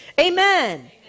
amen